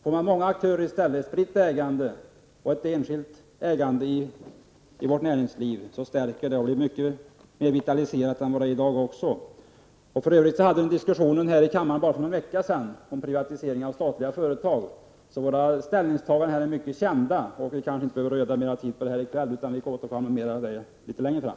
Får man i stället många aktörer, ett spritt ägande och ett enskilt ägande i vårt näringsliv förstärks det och blir mycket mera vitaliserat än vad det är i dag. Vi hade en diskussion här i kammaren bara för någon vecka sedan om privatisering av statliga företag. Våra ställningstaganden är således mycket kända, och vi kanske inte behöver öda mera tid på detta i kväll. Vi får återkomma litet längre fram.